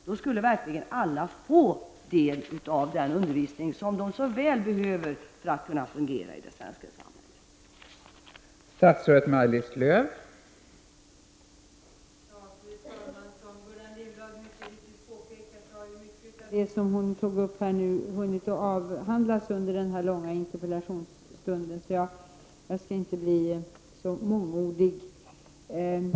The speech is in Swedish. Då skulle verkligen alla få del av den undervisning som de så väl behöver för att kunna fungera i det svenska samhället.